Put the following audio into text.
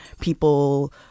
people